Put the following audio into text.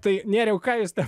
tai nėriau ką jūs ten